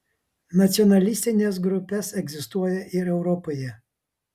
nacionalistines grupes egzistuoja ir europoje